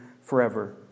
forever